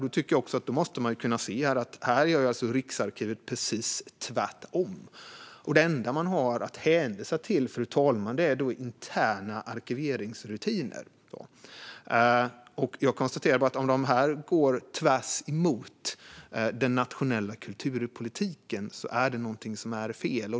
Då måste man kunna se att Riksarkivet här gör precis tvärtom. Det enda man har att hänvisa till, fru talman, är interna arkiveringsrutiner. Jag konstaterar att om dessa går på tvärs mot den nationella kulturpolitiken är det någonting som är fel.